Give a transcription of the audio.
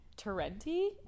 torrenti